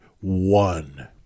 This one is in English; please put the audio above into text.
one